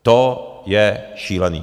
To je šílený!